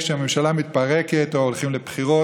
כשהממשלה מתפרקת או הולכים לבחירות,